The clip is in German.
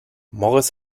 morris